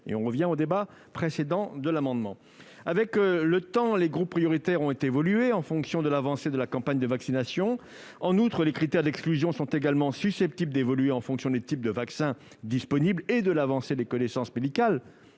ne présente pas de critères d'exclusion. Avec le temps, les groupes prioritaires ont évolué en fonction de l'avancée de la campagne de vaccination. En outre, les critères d'exclusion sont également susceptibles d'évoluer en fonction des types de vaccins disponibles et de l'avancée des connaissances médicales.